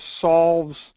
solves